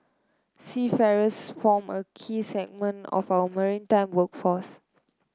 seafarers form a key segment of our maritime workforce